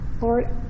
Lord